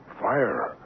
Fire